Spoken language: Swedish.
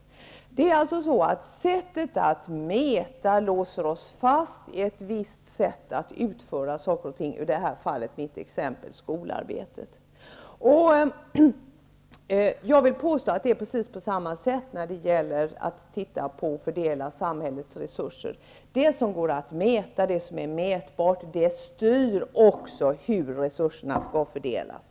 Det är alltså sättet att mäta som låser oss fast i ett visst sätt att utföra saker och ting, i detta fall i skolarbetet. Jag vill påstå att det är på samma sätt när det gäller att fördela samhällets resurser. Det som går att mäta styr också hur resurserna skall fördelas.